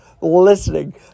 listening